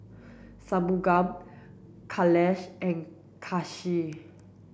Shunmugam Kailash and Kanshi